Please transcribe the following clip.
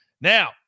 Now